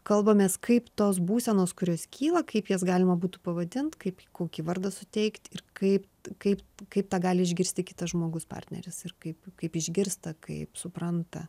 kalbamės kaip tos būsenos kurios kyla kaip jas galima būtų pavadint kaip kokį vardą suteikt ir kaip kaip kaip tą gali išgirsti kitas žmogus partneris ir kaip kaip išgirsta kaip supranta